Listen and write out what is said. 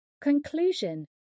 Conclusion